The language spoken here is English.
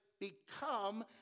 become